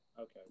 Okay